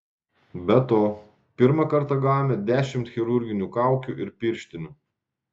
be to pirmą kartą gavome dešimt chirurginių kaukių ir pirštinių